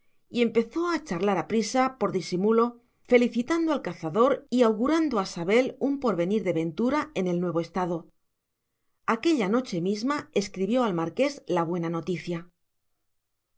y empezó a charlar aprisa por disimulo felicitando al cazador y augurando a sabel un porvenir de ventura en el nuevo estado aquella noche misma escribió al marqués la buena noticia